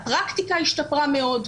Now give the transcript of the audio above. הפרקטיקה השתפרה מאוד.